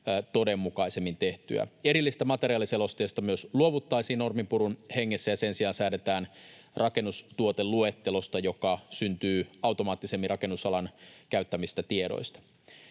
todenmukaisemmin tehtyä. Erillisestä materiaaliselosteesta myös luovuttaisiin norminpurun hengessä, ja sen sijaan säädetään rakennustuoteluettelosta, joka syntyy automaattisemmin rakennusalan käyttämistä tiedoista.